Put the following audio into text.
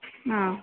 ಹಾಂ